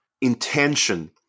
intention